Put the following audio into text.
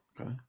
Okay